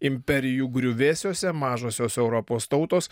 imperijų griuvėsiuose mažosios europos tautos